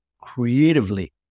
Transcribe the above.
creatively